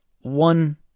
one